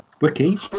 Wiki